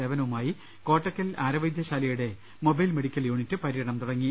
സേവനവുമായി കോട്ടക്കൽ ആര്യവൈദ്യശാലയുടെ mobile medical ട unit പര്യടനം തുടങ്ങി